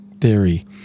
theory